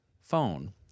phone –